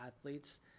athletes